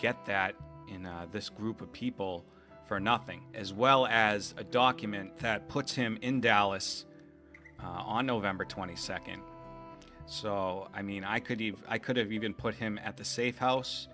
get that in this group of people for nothing as well as a document that puts him in dallas on november twenty second so i mean i could even i could have even put him at the safe house